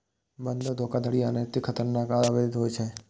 बंधक धोखाधड़ी अनैतिक, खतरनाक आ अवैध होइ छै